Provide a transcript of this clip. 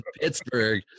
Pittsburgh